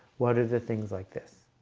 what are the things like this?